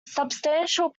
substantial